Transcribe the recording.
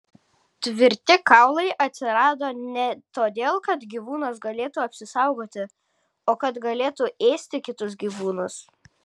tvirti kaulai atsirado ne todėl kad gyvūnas galėtų apsisaugoti o kad galėtų ėsti kitus gyvūnus